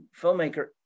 filmmaker